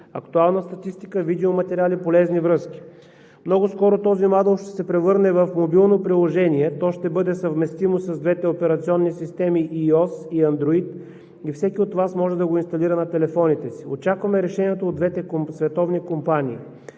актуална статистика, видеоматериали и полезни връзки. Много скоро този модул ще се превърне в мобилно приложение. То ще бъде съвместимо с двете операционни системи iOS и Android и всеки от Вас може да го инсталира на телефоните си. Очакваме решенията от двете световни компании.